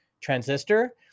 Transistor